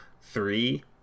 three